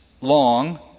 long